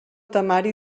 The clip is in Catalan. temari